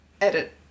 Edit